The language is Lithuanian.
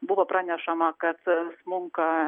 buvo pranešama kad smunka